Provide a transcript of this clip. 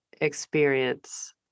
experience